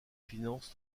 finances